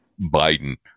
Biden